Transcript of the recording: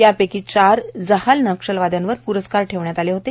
यापैकी चार जहाल नक्षलवाद्यांवर पुरस्कार ठेवण्यात आला होता